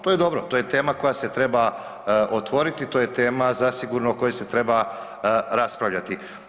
To je dobro, to je tema koja se treba otvoriti, to je tema zasigurno o kojoj se treba raspravljati.